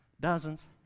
dozens